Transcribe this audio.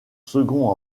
second